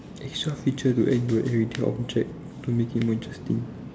extra feature to add into everyday object to make it more interesting